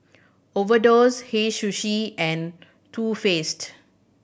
Overdose Hei Sushi and Too Faced